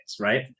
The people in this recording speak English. Right